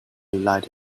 light